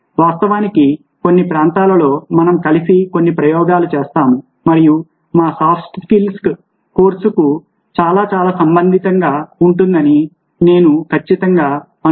వాస్తవానికి కొన్ని ప్రాంతాలలో మనం కలిసి కొన్ని ప్రయోగాలు చేస్తాము మరియు మా సాఫ్ట్ స్కిల్స్ కోర్సుకు చాలా చాలా సంబంధితంగా ఉంటుందని నేను ఖచ్చితంగా అనుకుంటున్నాను